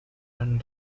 and